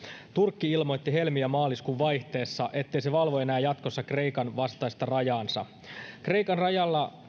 turkki ilmoitti helmi ja maaliskuun vaihteessa ettei se valvo enää jatkossa kreikan vastaista rajaansa kreikan rajalla